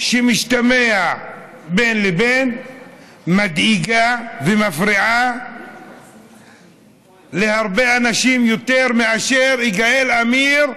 שמשתמע בין לבין מדאיגה ומפריעה להרבה אנשים יותר מאשר יגאל עמיר,